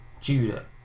Judah